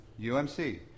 UMC